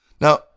Now